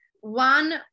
one